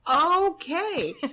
Okay